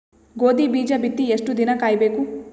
ಗೋಧಿ ಬೀಜ ಬಿತ್ತಿ ಎಷ್ಟು ದಿನ ಕಾಯಿಬೇಕು?